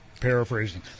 paraphrasing